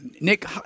Nick